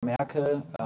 Merkel